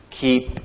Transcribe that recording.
keep